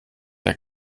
der